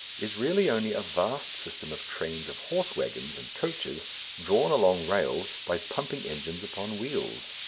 is really only a vast system of trains of horse-waggons and coaches drawn along rails by pumping-engines upon wheels.